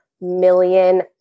million